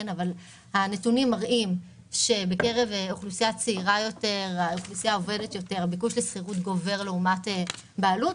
התפיסה הרווחת היא שרוב האוכלוסייה מעוניינת ומעדיפה לגור בבעלות,